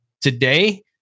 today